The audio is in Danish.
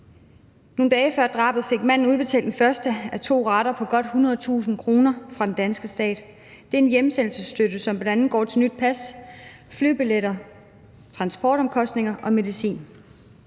Nogle dage før drabet fik manden udbetalt den første af to rater på godt 100.000 kr. fra den danske stat. Det er en hjemsendelsesstøtte, som bl.a. går til nyt pas, flybilletter, transportomkostninger og medicin.